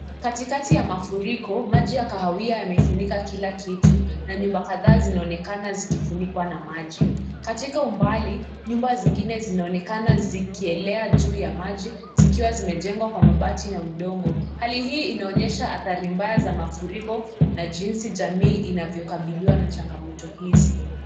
Katikati ya mafuriko maji ya kahawia yamesimika kila kitu na nyumba kadhaa zinaonekana zikifunikwa na maji, katika umbali nyumba zingine zinaonekana zikielea juu ya maji zikiwa zimejengwa Kwa mabati na udongo, hali hii inaonyesha athari mbaya za mafuriko na jinsi jamii inavyokabiliwa na changamoto hizi.